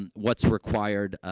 and what's required, ah,